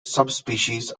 subspecies